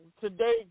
today